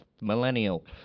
millennial